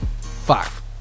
Five